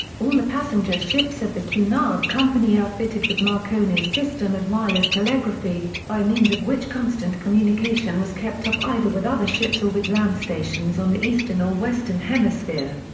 all the passenger ships of the cunard company are fitted with marconi's system of wireless telegraphy, by means of which constant communication was kept up, either with other ships or with land stations on the eastern or western hemisphere.